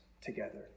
together